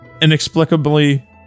inexplicably